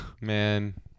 Man